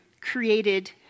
created